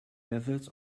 methods